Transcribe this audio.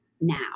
now